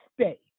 stay